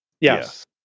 Yes